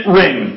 ring